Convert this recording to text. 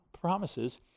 promises